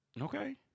Okay